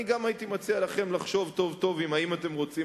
אני גם הייתי מציע לכם לחשוב טוב טוב האם אתם רוצים